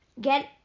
Get